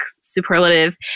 superlative